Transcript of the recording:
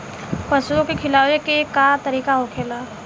पशुओं के खिलावे के का तरीका होखेला?